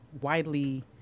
widely